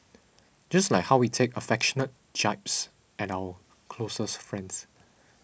just like how we take affectionate jibes at our closest friends